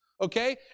Okay